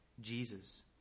Jesus